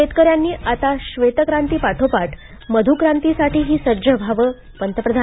शेतकऱ्यांनी आता श्वेतक्रांती पाठोपाठ मधुक्रांतीसाठीही सज्ज व्हावं पंतप्रधान